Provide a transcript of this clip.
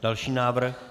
Další návrh.